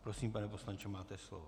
Prosím, pane poslanče, máte slovo.